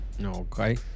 Okay